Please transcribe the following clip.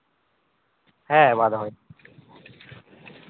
ᱦᱮᱸ ᱢᱟ ᱫᱚᱦᱚᱭ ᱢᱮ